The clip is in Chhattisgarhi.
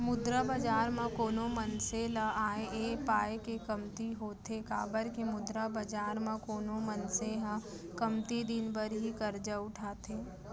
मुद्रा बजार म कोनो मनसे ल आय ऐ पाय के कमती होथे काबर के मुद्रा बजार म कोनो मनसे ह कमती दिन बर ही करजा उठाथे